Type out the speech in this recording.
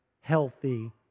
healthy